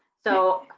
so